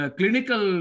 clinical